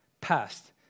past